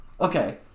okay